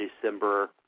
December